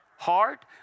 Heart